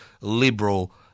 liberal